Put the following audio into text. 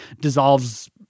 dissolves